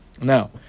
now